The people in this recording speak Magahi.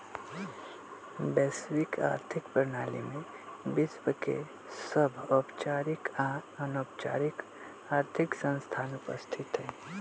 वैश्विक आर्थिक प्रणाली में विश्व के सभ औपचारिक आऽ अनौपचारिक आर्थिक संस्थान उपस्थित हइ